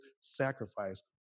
sacrifice